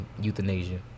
Euthanasia